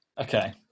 Okay